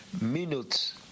minutes